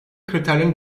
kriterlerini